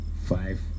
five